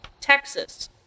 Texas